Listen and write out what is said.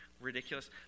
ridiculous